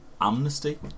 Amnesty